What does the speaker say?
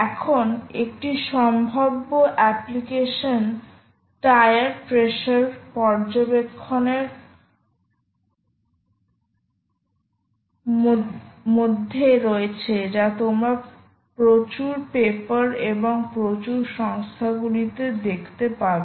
এখন একটি সম্ভাব্য অ্যাপ্লিকেশন টায়ার প্রেসার পর্যবেক্ষণের ক্ষেত্রের মধ্যে রয়েছে যা তোমরা প্রচুর পেপার এবং প্রচুর সংস্থাগুলিতে দেখতে পাবে